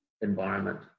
environment